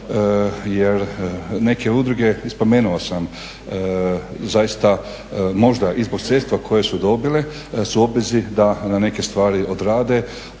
jer neke udruge i spomenuo sam zaista i zbog sredstva koja su dobile su u obvezi da na neke stvari odrade,